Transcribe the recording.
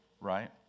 right